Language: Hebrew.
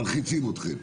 מלחיצים אתכם.